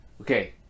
Okay